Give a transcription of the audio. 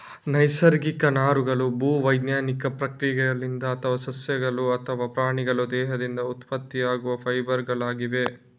ನೈಸರ್ಗಿಕ ನಾರುಗಳು ಭೂ ವೈಜ್ಞಾನಿಕ ಪ್ರಕ್ರಿಯೆಗಳಿಂದ ಅಥವಾ ಸಸ್ಯಗಳು ಅಥವಾ ಪ್ರಾಣಿಗಳ ದೇಹದಿಂದ ಉತ್ಪತ್ತಿಯಾಗುವ ಫೈಬರ್ ಗಳಾಗಿವೆ